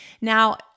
Now